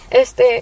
Este